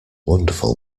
wonderful